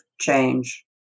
change